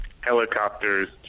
helicopters